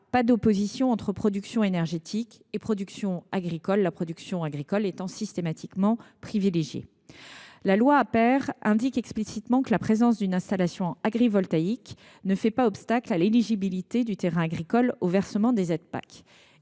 pas d’opposition entre production énergétique et production agricole, cette dernière étant systématiquement privilégiée. La loi APER indique explicitement que la présence d’une installation agrivoltaïque ne fait pas obstacle à l’éligibilité du terrain agricole au versement des aides